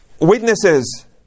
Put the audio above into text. witnesses